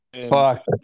Fuck